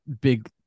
big